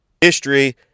History